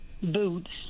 boots